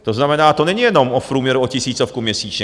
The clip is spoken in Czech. To znamená, to není jenom v průměru o tisícovku měsíčně.